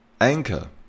Anchor